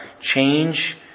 change